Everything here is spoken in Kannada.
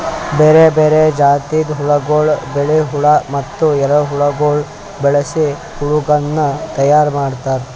ಬೇರೆ ಬೇರೆ ಜಾತಿದ್ ಹುಳಗೊಳ್, ಬಿಳಿ ಹುಳ ಮತ್ತ ಎರೆಹುಳಗೊಳ್ ಬಳಸಿ ಕೊಳುಕನ್ನ ತೈಯಾರ್ ಮಾಡ್ತಾರ್